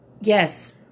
Yes